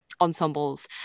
ensembles